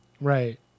Right